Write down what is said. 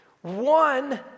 One